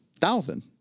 Thousand